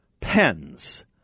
pens